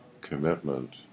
commitment